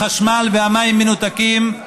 החשמל והמים מנותקים,